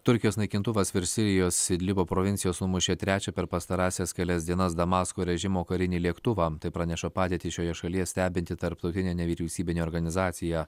turkijos naikintuvas virš sirijos idlibo provincijos numušė trečią per pastarąsias kelias dienas damasko režimo karinį lėktuvą tai praneša padėtį šioje šalyje stebinti tarptautinė nevyriausybinė organizacija